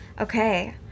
Okay